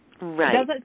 Right